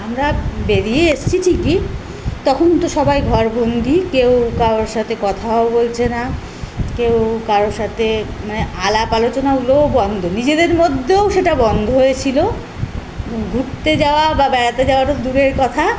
আমরা বেরিয়ে এসসি ঠিকই তখন তো সবাই ঘরবন্দী কেউ কারোর সাতে কথাও বলচে না কেউ কারো সাতে মানে আলাপ আলোচনাগুলোও বন্ধ নিজেদের মধ্যেও সেটা বন্ধ হয়েছিলো ঘুত্তে যাওয়া বা বেড়াতে যাওয়াটা তো দূরের কথা